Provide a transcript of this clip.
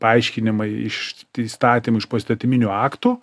paaiškinimai iš įstatymų iš poįstatyminių aktų